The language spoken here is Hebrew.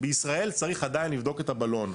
בישראל צריך עדיין לבדוק את הבלון.